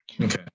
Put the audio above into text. okay